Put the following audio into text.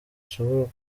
dushobora